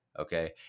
Okay